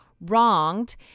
Wronged